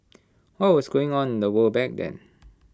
what was going on in the world back then